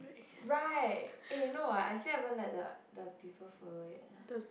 right eh no I I still haven't let the the people follow it